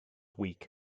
weak